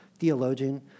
theologian